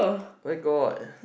where got